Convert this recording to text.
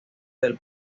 del